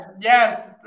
Yes